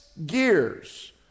gears